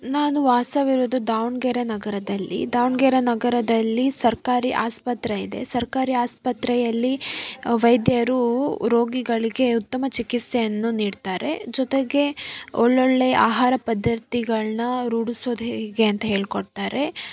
ನಾನು ವಾಸವಿರೋದು ದಾವಣಗೆರೆ ನಗರದಲ್ಲಿ ದಾವಣಗೆರೆ ನಗರದಲ್ಲಿ ಸರ್ಕಾರಿ ಆಸ್ಪತ್ರೆ ಇದೆ ಸರ್ಕಾರಿ ಆಸ್ಪತ್ರೆಯಲ್ಲಿ ವೈದ್ಯರು ರೋಗಿಗಳಿಗೆ ಉತ್ತಮ ಚಿಕಿತ್ಸೆಯನ್ನು ನೀಡ್ತಾರೆ ಜೊತೆಗೆ ಒಳ್ಳೊಳ್ಳೆಯ ಆಹಾರ ಪದ್ಧತಿಗಳ್ನ ರೂಢಿಸೋದು ಹೇಗೆ ಅಂತ ಹೇಳಿ ಕೊಡ್ತಾರೆ